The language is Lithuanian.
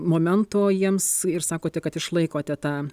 momento jiems ir sakote kad išlaikote tą